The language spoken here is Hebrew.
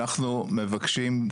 אנחנו מבקשים,